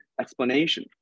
explanation